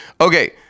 Okay